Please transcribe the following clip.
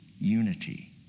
unity